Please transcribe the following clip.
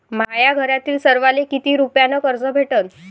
माह्या घरातील सर्वाले किती रुप्यान कर्ज भेटन?